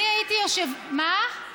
אני הייתי, מה?